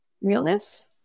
realness